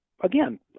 again